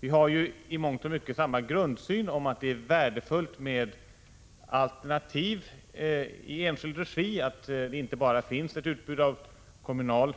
Vi har ju i mångt och mycket samma grundsyn — att det är värdefullt med alternativ i enskild regi, att det inte bara finns ett utbud av kommunal